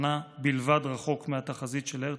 שנה בלבד רחוק מהתחזית של הרצל,